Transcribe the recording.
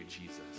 Jesus